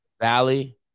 Valley